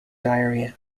diarrhea